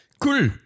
Cool